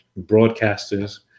broadcasters